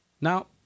Now